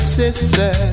sister